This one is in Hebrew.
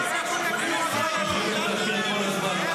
תמשיכי לקרקר כל הזמן.